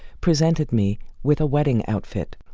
presented me with a wedding outfit.